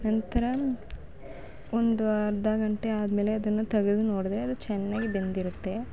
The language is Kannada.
ನಂತರ ಒಂದು ಅರ್ಧ ಗಂಟೆ ಆದಮೇಲೆ ಅದನ್ನು ತೆಗೆದು ನೋಡಿದ್ರೆ ಅದು ಚೆನ್ನಾಗಿ ಬೆಂದಿರುತ್ತೆ